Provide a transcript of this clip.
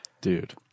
Dude